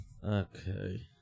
Okay